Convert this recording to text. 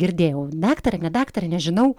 girdėjau daktarė daktarė nežinau